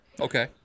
Okay